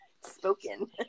Spoken